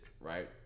right